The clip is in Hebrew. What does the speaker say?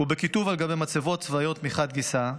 ובכיתוב על גבי מצבות צבאיות מחד גיסא,